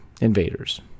invaders